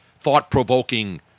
thought-provoking